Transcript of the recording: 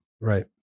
Right